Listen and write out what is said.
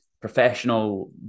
professional